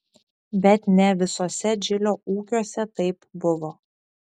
bet ne visuose džilio ūkiuose taip buvo